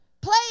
Play